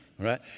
right